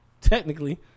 Technically